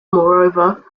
moreover